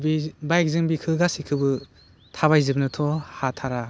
बि बाइकजों बिखौ गासौखौबो थाबायजोबनोथ' हाथारा